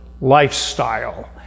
lifestyle